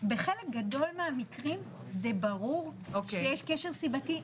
בחלק גדול מהמקרים זה ברור שיש קרש סיבתי,